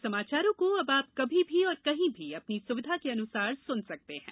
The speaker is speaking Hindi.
हमारे समाचारों को अब आप कभी भी और कहीं भी अपनी सुविधा के अनुसार सुन सकते हैं